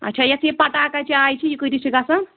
اَچھا یَتھ یہِ پٹاکا چاے چھِ یہِ کۭتِس چھِ گژھان